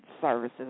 services